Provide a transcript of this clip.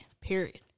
period